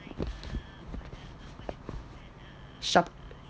shop